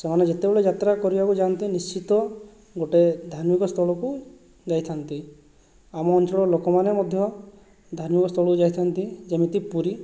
ସେମାନେ ଯେତେବେଳେ ଯାତ୍ରା କରିବାକୁ ଯାଆନ୍ତି ନିଶ୍ଚିତ ଗୋଟେ ଧାର୍ମିକସ୍ଥଳକୁ ଯାଇଥାନ୍ତି ଆମ ଅଞ୍ଚଳରେ ଲୋକମାନେ ମଧ୍ୟ ଧାର୍ମିକସ୍ଥଳ ଯାଇଥାନ୍ତି ଯେମିତି ପୁରୀ